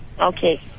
Okay